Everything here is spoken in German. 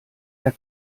der